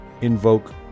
invoke